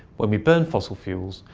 when we burn fossil fuels,